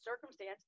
circumstance